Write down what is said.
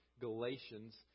Galatians